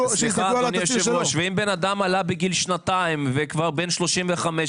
ואם אדם עלה בגיל שנתיים והיום בן 35,